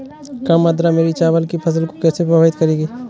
कम आर्द्रता मेरी चावल की फसल को कैसे प्रभावित करेगी?